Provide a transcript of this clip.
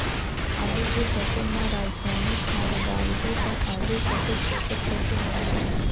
आलू के फसल मा रसायनिक खाद डालबो ता आलू कतेक पोषक तत्व मिलही?